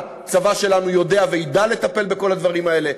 הצבא שלנו יודע ויֵדע לטפל בכל הדברים האלה.